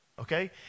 Okay